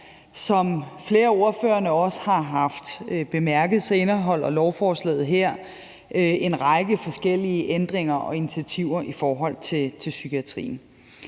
Som flere af ordførerne også har bemærket, indeholder lovforslaget her en række forskellige ændringer og initiativer i forhold til psykiatrien.